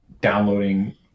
downloading